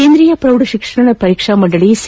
ಕೇಂದ್ರೀಯ ಪ್ರೌಢ ತಿಕ್ಷಣ ಪರೀಕ್ಷಾ ಮಂಡಳಿ ಸಿ